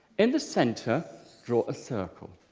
in the centre draw a circle.